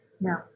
no